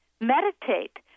Meditate